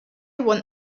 want